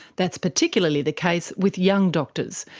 that's particularly the case with young doctors,